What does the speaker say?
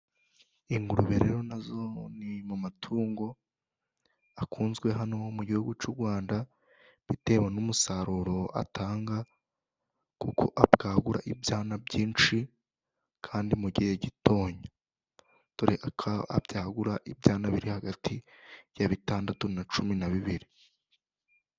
Ingurube rero na zo ni mu matungo akunzwe hano mu gihugu cy'u Rwanda, bitewe n'umusaruro atanga kuko abwagura ibyana byinshi kandi mu gihe gitoya, dore ko abyagura ibyana biri hagati ya bitandatu na cumi na bibiri.